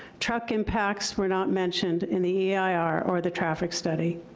truck impacts were not mentioned in the eir or the traffic study.